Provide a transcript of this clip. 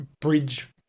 bridge